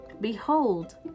behold